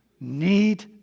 need